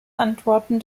antworten